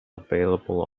available